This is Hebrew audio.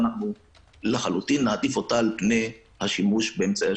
יש בישראל לא מעט תאונות דרכים.